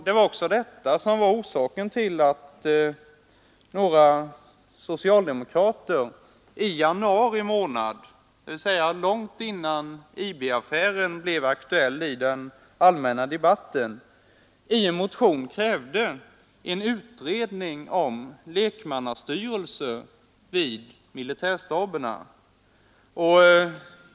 Det var också det som var orsaken till att några socialdemokrater i januari månad, dvs. långt innan IB-affären blev aktuell i den allmänna debatten, i en motion krävde en utredning om lekmannastyrelse vid militärstaberna.